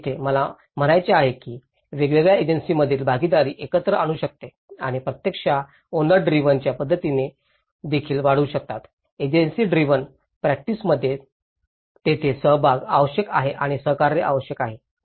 तर येथे मला म्हणायचे आहे की वेगवेगळ्या एजन्सींमधील भागीदारी एकत्र आणू शकते आणि प्रत्यक्षात ओनर ड्रिव्हन च्या पद्धती देखील वाढवू शकतात एजन्सी ड्रिव्हन प्रॅक्टिसमध्येच तिथे सहभाग आवश्यक आहे आणि सहकार्य आवश्यक आहे